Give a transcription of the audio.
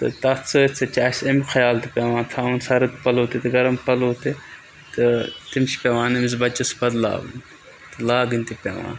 تہٕ تَتھ سۭتۍ سۭتۍ چھِ اَسہِ اَمیُک خیال تہِ پیٚوان تھاوُن سَرٕد پَلو تہِ تہٕ گَرم پَلو تہِ تہٕ تِم چھِ پیٚوان أمِس بَچَس بَدلاوٕنۍ تہٕ لاگٕنۍ تہِ پیٚوان